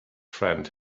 friend